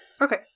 Okay